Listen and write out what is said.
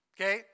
okay